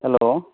hello